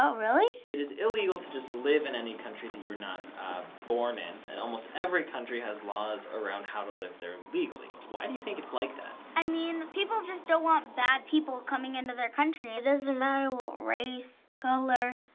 ah really? it is illegal to just live in any country that you are not born in, and almost every country has laws around how to live there legally. why do you think it's like that? i mean, people just don't want bad people coming into their country. it doesn't matter what race, color,